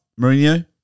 Mourinho